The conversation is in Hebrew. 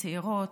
צעירות,